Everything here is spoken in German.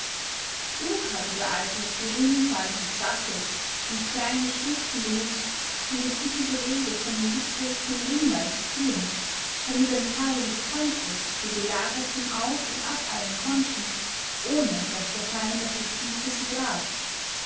klug hatte der alte die rinnsale des wassers und kleine schluchten benutzt um gesicherte wege von dem gipfel zum ringwall zu führen damit am tage des kampfes die belagerten auf und ab eilen konnten ohne daß der feind aus der tiefe sie traf